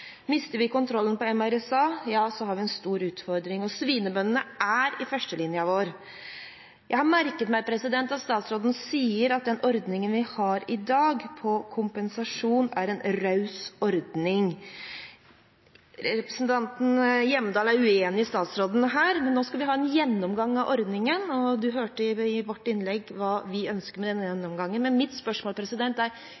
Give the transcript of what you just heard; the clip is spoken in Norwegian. Mister vi kontrollen på MRSA, har vi en stor utfordring, og svinebøndene er i førstelinjen vår. Jeg har merket meg at statsråden sier at den ordningen vi har i dag med kompensasjon, er en raus ordning. Representanten Hjemdal er uenig med statsråden her, men nå skal vi ha en gjennomgang av ordningen, og hun hørte i vårt innlegg hva vi ønsker med denne gjennomgangen. Men mitt spørsmål er: